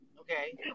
Okay